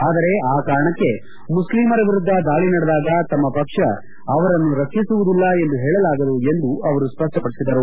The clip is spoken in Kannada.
ಆದರೆ ಆ ಕಾರಣಕ್ಕೆ ಮುಸ್ಲಿಂಮರ ವಿರುದ್ಧ ದಾಳಿ ನಡೆದಾಗ ತಮ್ಮ ಪಕ್ಷ ಅವರನ್ನು ರಕ್ಷಿಸುವುದಿಲ್ಲ ಎಂದು ಹೇಳಲಾಗದು ಎಂದು ಅವರು ಸಷ್ಣಪಡಿಸಿದರು